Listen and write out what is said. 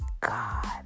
God